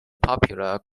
popular